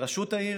לראשות העיר